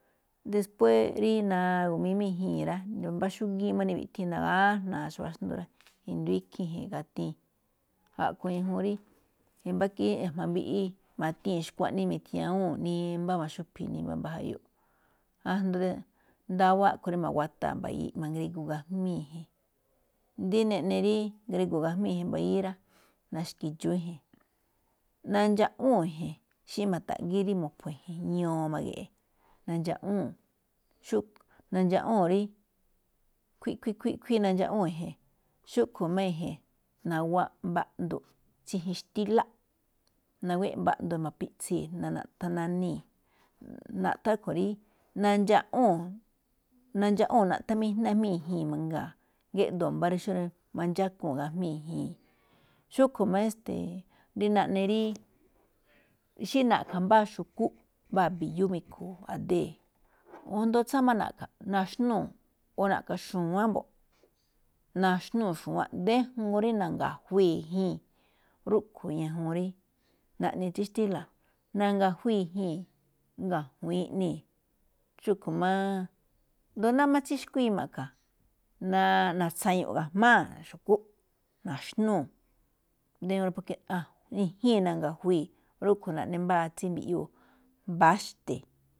Después rí ni̱gu̱mii máꞌ i̱ji̱i̱n rá, mbá xúgíin máꞌ niwiꞌthíin, nagájna̱a̱ xu̱wá xndú rá. I̱ndo̱ó ikhiin e̱je̱n gatiin, a̱ꞌkhue̱n ñajuun rí i̱jma̱ mbiꞌi ma̱tii̱n xkuaꞌnii mi̱tia̱wúu̱n, nimbá ma̱xúphi̱i̱ nimbá mbá jayuꞌ, ndawa̱á a̱ꞌkhue̱n ma̱guátaa̱n mbayíí ma̱ngriguu̱n gajmíi̱. Dí eꞌne rí ngrigo̱o̱ gajmíi̱ mbayíí rá, na̱xki̱dxu̱ún e̱je̱n. Nandxaꞌúu̱n e̱je̱n xí ma̱tha̱ꞌgíꞌ rí mo̱pho̱ e̱je̱n, ño̱o̱ ma̱ge̱ꞌe̱, nandxaꞌwúu̱n, nandxaꞌwúu̱n rí xkuíꞌ xkuíꞌ xkuíꞌ, nandxaꞌwúu̱n e̱je̱n. Xúꞌkhue̱n máꞌ e̱je̱n naguwáꞌ mbá nduꞌ, tsí i̱jínláꞌ naguwée̱ꞌ mbá ꞌndunꞌ mo̱piꞌtsii̱, ná náꞌthán nánii̱. Naꞌthán rúꞌkhue̱n rí nandxaꞌwúu̱n, nandxaꞌwúu̱n, naꞌthán míjná jmíi̱n mangaa, géꞌdoo̱ mbá xó rí mandxákuu̱n gajmíi̱n i̱ji̱i̱n. Xúꞌkhue̱n máꞌ esteeꞌ rí naꞌne rí xí na̱ꞌkha̱ mbáa xu̱kú mbáa bi̱yú mi̱khu̱u̱ a̱dee̱, o asndo tsáa máꞌ na̱ꞌkha̱ naxnúu̱, o na̱ꞌkha̱ xu̱wánꞌ mbo̱ꞌ, naxnúu̱ xu̱wánꞌ, déjuun rí na̱ngajuii̱ꞌ i̱jii̱n, rúꞌkhue̱n ñajuun rí, naꞌne tsí xtíla̱, nanga̱juii̱ i̱jii̱n, nga̱juii̱n iꞌnii̱. Xúꞌkhue̱n máꞌ asndo náá máꞌ xu̱kuíi ma̱ꞌkha̱. Na̱tsa̱ñoo̱ ga̱jmáa̱ jngó naxnúu̱, déjuun i̱jii̱n na̱ngajuii̱ꞌ rúꞌkhue̱n naꞌne mbáa tsí mbiꞌyuu mbáxte̱.